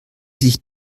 sich